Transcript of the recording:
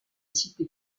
cité